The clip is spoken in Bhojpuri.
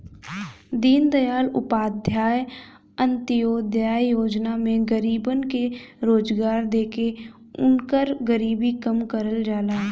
दीनदयाल उपाध्याय अंत्योदय योजना में गरीबन के रोजगार देके उनकर गरीबी कम करल जाला